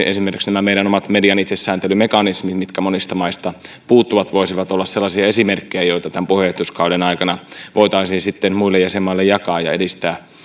esimerkiksi nämä meidän omat median itsesääntelymekanismit mitkä monista maista puuttuvat voisivat olla sellaisia esimerkkejä joita tämän puheenjohtajuuskauden aikana voitaisiin sitten muille jäsenmaille jakaa ja edistää